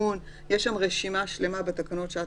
ואני אומר את זה לא בפופוליזם: תשקלו להסמיך את משרד הפנים,